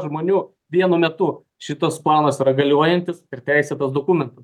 žmonių vienu metu šitas planas yra galiojantis ir teisėtas dokumentų